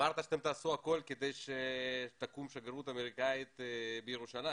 אמרת שתעשו הכול כדי שתקום שגרירות אמריקאית בירושלים,